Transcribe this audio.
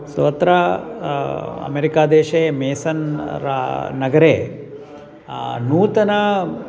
सो अत्र अमेरिकादेशे मेसन् रा नगरे नूतन